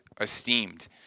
esteemed